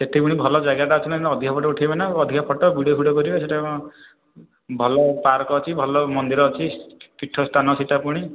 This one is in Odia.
ସେଠି ପୁଣି ଭଲ ଜାଗାଟା ଅଛି ନା ଅଧିକ ଫଟୋ ଉଠାଇବେନା ଆଉ ଅଧିକା ଫଟୋ ଭିଡ଼ିଓ ଫିଡ଼ିଓ କରିବେ ସେଇଟା କ'ଣ ଭଲ ପାର୍କ ଅଛି ଭଲ ମନ୍ଦିର ଅଛି ତୀର୍ଥସ୍ଥାନ ସେଇଟା ପୁଣି